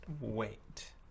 wait